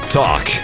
talk